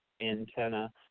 antenna